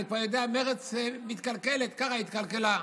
אני כבר יודע, מרצ מתקלקלת, ככה היא התקלקלה.